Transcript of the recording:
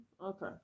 Okay